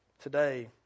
Today